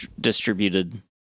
Distributed